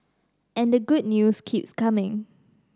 and the good news keeps coming